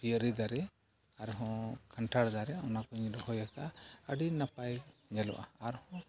ᱯᱤᱭᱟᱹᱨᱤ ᱫᱟᱨᱮ ᱟᱨᱦᱚᱸ ᱠᱟᱱᱴᱷᱟᱲ ᱫᱟᱨᱮ ᱚᱱᱟ ᱠᱚᱧ ᱨᱚᱦᱚᱭ ᱟᱠᱟᱫᱼᱟ ᱟᱹᱰᱤ ᱱᱟᱯᱟᱭ ᱧᱮᱞᱚᱜᱼᱟ ᱟᱨᱦᱚᱸ